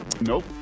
Nope